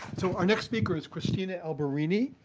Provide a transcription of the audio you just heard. so our next speaker is cristina alberini.